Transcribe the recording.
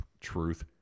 Truth